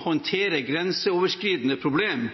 EØS-avtalen grenseoverskridende problem